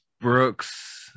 Brooks